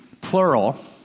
plural